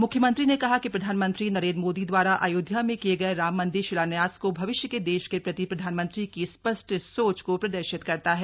म्ख्यमंत्री ने कहा कि प्रधानमंत्री नरेन्द्र मोदी द्वारा अयोध्या में किये गये राम मन्दिर शिलान्यास को भविष्य के देश के प्रति प्रधानमंत्री की स्पष्ट सोच को प्रदर्शित करता है